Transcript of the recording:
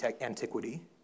antiquity